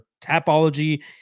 Tapology